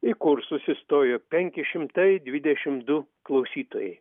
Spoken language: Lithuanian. į kursus įstojo penki šimtai dvidešimt du klausytojai